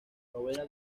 novena